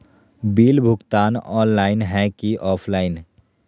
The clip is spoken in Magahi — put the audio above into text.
बिल भुगतान ऑनलाइन है की ऑफलाइन?